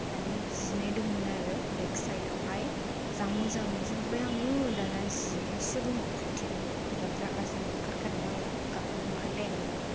माने जिनाय दंमोन आरो बेकसाइदावहाय जा मोजां बिहरबाय आङो दाना जिनायसो दङ कुर्तियानो बिराद रागा जोंनो ओंखारखादों आङो गाबनो ओंखारलायनायनो